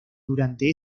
durante